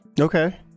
Okay